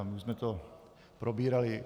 My jsme to probírali.